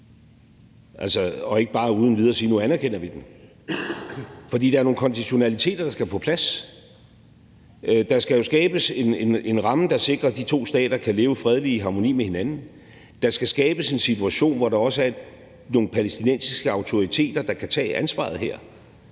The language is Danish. ikke bare uden videre sige, at nu anerkender vi den. For der er nogle konditionaliteter, der skal på plads. Der skal jo skabes en ramme, der sikrer, at de to stater kan leve fredeligt i harmoni med hinanden. Der skal skabes en situation, hvor der også er nogle palæstinensiske autoriteter, der kan tage ansvaret her.